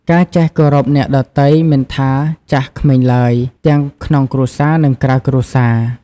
ការចេះគោរពអ្នកដទៃ មិនថាចាស់ក្មេងឡើយ ទាំងក្នុងគ្រួសារ និងក្រៅគ្រួសារ ។